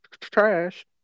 trash